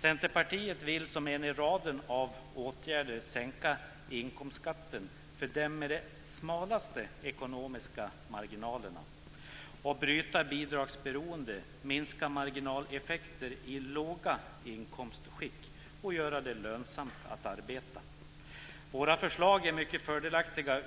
Centerpartiet vill, som en i raden av åtgärder, sänka inkomstskatten för dem med de smalaste ekonomiska marginalerna. Vi vill bryta bidragsberoende, minska marginaleffekter i låga inkomstskikt och göra det lönsamt att arbeta. Våra förslag är mycket fördelaktiga